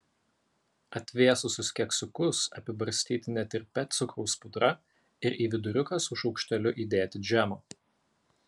atvėsusius keksiukus apibarstyti netirpia cukraus pudra ir į viduriuką su šaukšteliu įdėti džemo